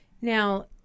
Now